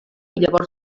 llavors